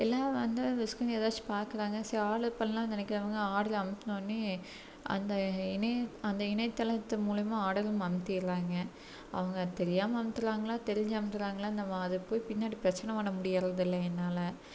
எல்லாரும் வந்து விஸ்க்குனு ஏதாச்சும் பாக்கிறாங்க சரி ஆர்டர் பண்ணலான்னு நினைக்கிறவுங்க ஆர்டரை அமுத்தின ஒடனே அந்த இணை அந்த இணையதளத்து மூலமா ஆர்டரும் அமுத்திடறாங்க அவங்க தெரியாம அமுத்தறாங்களா தெரிஞ்சி அமுத்தறாங்களான்னு நம்ம அதை போய் பின்னாடி பிரச்சனை பண்ண முடியறதில்லங்க என்னால